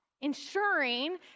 ensuring